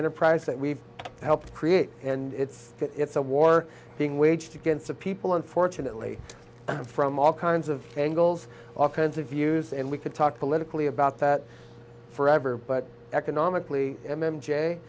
enterprise that we've helped create and it's it's a war being waged against the people unfortunately from all kinds of angles all kinds of views and we could talk politically about that forever but economically m m j